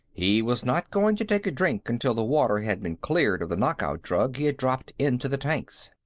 he was not going to take a drink until the water had been cleared of the knockout drug he had dropped into the tanks.